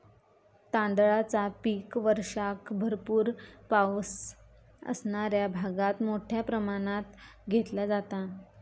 तांदळाचा पीक वर्षाक भरपूर पावस असणाऱ्या भागात मोठ्या प्रमाणात घेतला जाता